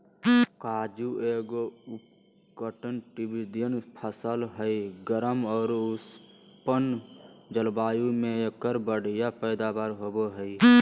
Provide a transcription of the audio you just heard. काजू एगो उष्णकटिबंधीय फसल हय, गर्म आर उष्ण जलवायु मे एकर बढ़िया पैदावार होबो हय